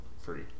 free